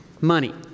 money